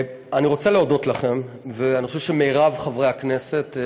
אני רוצה להודות לכם, אני חושב שרוב חברי הכנסת,